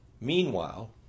Meanwhile